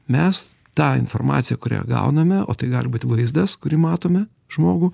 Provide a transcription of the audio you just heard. mes tą informaciją kurią gauname o tai gali būti vaizdas kurį matome žmogų